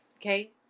okay